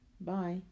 Bye